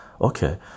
Okay